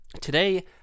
today